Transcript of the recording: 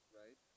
right